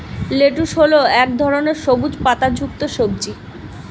lettuce হল এক ধরনের সবুজ পাতাযুক্ত সবজি